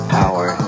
power